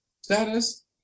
status